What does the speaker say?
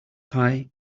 pie